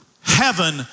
heaven